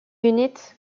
unit